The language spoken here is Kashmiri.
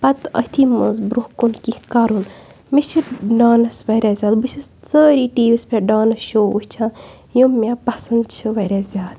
پَتہٕ أتھی منٛز برٛۄنٛہہ کُن کیٚنٛہہ کَرُن مےٚ چھِ ڈانٕس وارِیاہ زیادٕ بہٕ چھَس سٲری ٹی وی یَس پٮ۪ٹھ ڈانٕس شو وُچھان یِم مےٚ پَسَنٛد چھِ وارِیاہ زیادٕ